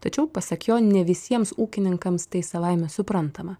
tačiau pasak jo ne visiems ūkininkams tai savaime suprantama